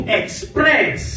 express